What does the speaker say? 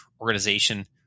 organization